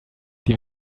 die